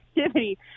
activity